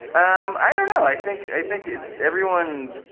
um i don't know. i think i think it's everyone,